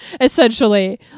essentially